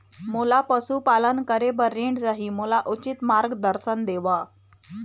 मोला पशुपालन करे बर ऋण चाही, मोला उचित मार्गदर्शन देव?